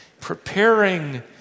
preparing